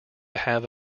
have